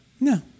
No